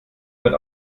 wird